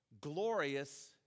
glorious